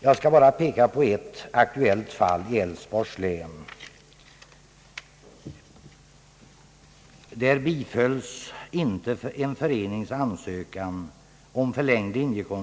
Jag skall bara peka på ett aktuellt fall i Älvsborgs län. En förenings ansökan om att få linjekoncessionen förlängd i tre år bifölls inte, utan det medgavs endast en förlängning på ett år. Det är sådant som skapar olust och irritation.